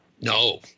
No